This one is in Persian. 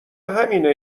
همینه